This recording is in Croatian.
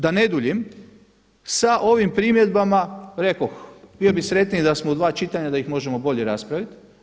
Da ne duljim sa ovim primjedbama rekoh bio bih sretniji da smo u dva čitanja da ih možemo bolje raspraviti.